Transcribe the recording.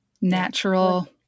natural